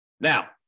now